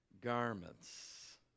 garments